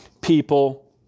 people